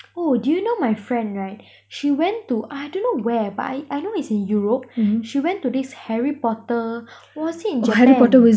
oh do you know my friend right she went to I dunno where but I I know it's in europe she went to this harry potter was it in japan